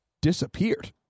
disappeared